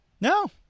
no